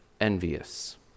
envious